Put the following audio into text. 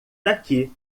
daqui